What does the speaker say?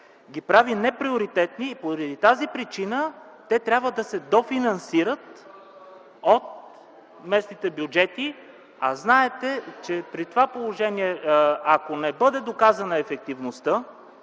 ги прави неприоритетни и по тази причина те трябва да се дофинансират от местните бюджети, а знаете, че при това положение, ако не бъде доказана ефективността